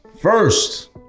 first